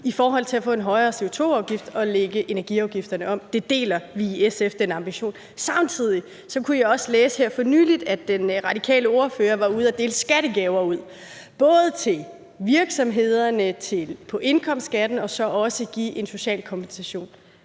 i forhold til at få en højere CO2-afgift og lægge energiafgifterne om – den ambition deler vi i SF. Samtidig kunne jeg også læse her for nylig, at den radikale ordfører var ude og dele skattegaver ud både i forhold til virksomhederne og indkomstskatten og i form af en social kompensation.